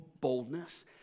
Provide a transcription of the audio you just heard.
boldness